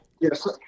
Yes